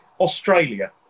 Australia